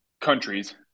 Countries